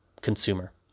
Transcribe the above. consumer